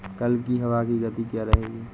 कल की हवा की गति क्या रहेगी?